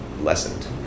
lessened